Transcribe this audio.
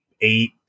eight